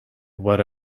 what